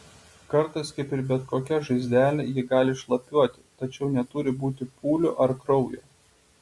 kartais kaip ir bet kokia žaizdelė ji gali šlapiuoti tačiau neturi būti pūlių ar kraujo